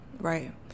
Right